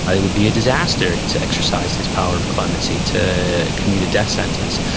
and it would be a disaster to exercise his power of clemency to commute a death sentence.